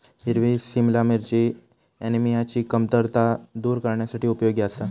हिरवी सिमला मिरची ऍनिमियाची कमतरता दूर करण्यासाठी उपयोगी आसा